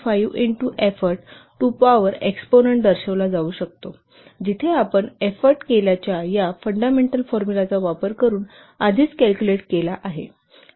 5 into effort to power exponent दर्शविला जाऊ शकतो जिथे आपण एफोर्ट केल्याच्या या फंडामेंटल फॉर्मुलाचा वापर करून आधीच कॅल्कुलेट केला आहे